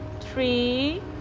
three